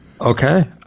Okay